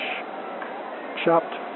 Chopped